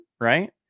right